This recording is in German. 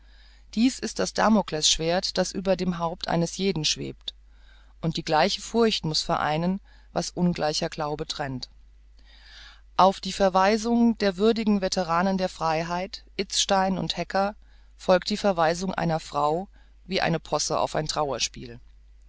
dies ist das damoklesschwert das über dem haupte eines jeden schwebt und die gleiche furcht muß vereinigen was ein ungleicher glauben trennt auf die verweisung der würdigen veteranen der freiheit itzstein und hecker folgt die verweisung einer frau wie eine posse auf ein trauerspiel